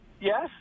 Yes